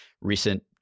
recent